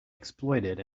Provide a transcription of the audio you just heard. exploited